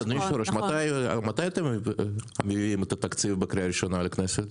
מתי אתם מביאים את התקציב לקריאה ראשונה בכנסת?